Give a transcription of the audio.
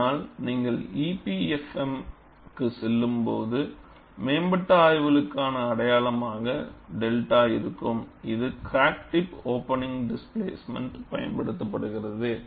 ஆனால் நீங்கள் EPFM க்குச் செல்லும்போது மேம்பட்ட ஆய்வுகளுக்கான அடையாளமாக 𝚫 இருக்கும் இது கிராக் டிப் ஓப்பனிங் டிஸ்பிளாஸ்ட்மென்ட் பயன்படுத்தப்படுகிறது